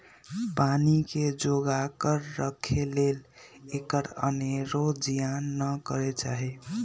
पानी के जोगा कऽ राखे लेल एकर अनेरो जियान न करे चाहि